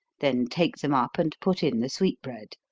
then take them up and put in the sweet bread,